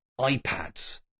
iPads